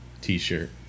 t-shirt